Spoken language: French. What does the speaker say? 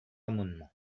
amendement